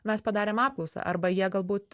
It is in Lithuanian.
mes padarėm apklausą arba jie galbūt